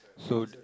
so the